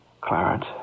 Clarence